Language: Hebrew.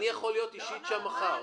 אני יכול להיות אישית שם מחר,